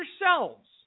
yourselves